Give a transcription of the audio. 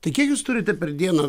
tai kiek jūs turite per dieną